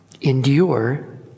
endure